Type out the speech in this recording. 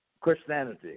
Christianity